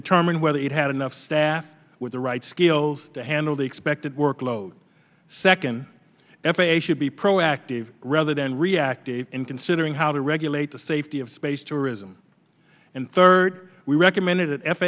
determine whether it had enough staff with the right skills to handle the expected workload second f a a should be proactive rather than reactive in considering how to regulate the safety of space tourism and third we recommended